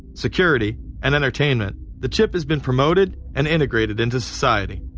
security, and entertainment, the chip has been promoted and integrated into society.